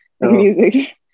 music